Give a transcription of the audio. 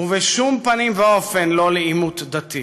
ובשום פנים ואופן לא לעימות דתי.